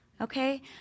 okay